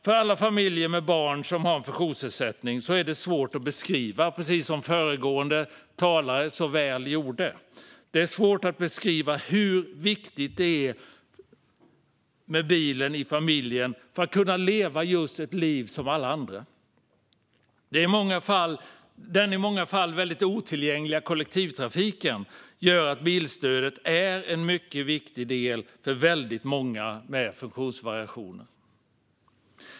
För alla familjer med barn med funktionsnedsättning är det svårt att beskriva, precis som föregående talare sa, hur viktig bilen är för en familj för att kunna leva ett liv som alla andra. Den i många fall otillgängliga kollektivtrafiken gör att bilstödet är mycket viktigt för många med funktionsvariationer.